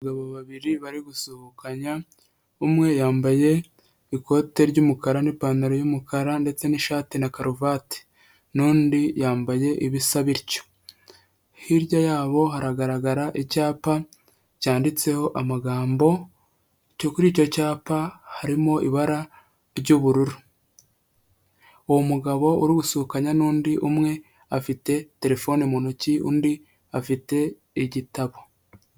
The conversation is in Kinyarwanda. Abagabo babiri barimo gusuhukanya umwe yambaye ikote ry'umukara n'ipantaro y'umukara ndetse n'ishati na karuvati n'undi yambaye ibisa bityo, hirya yabo haragaragara icyapa cyanditseho amagambo kuri icyo cyapa harimo ibara ry'ubururu uwo mugabo uru gusuhukanya n'undi, umwe afite telefone mu ntoki, undi afite igitabo.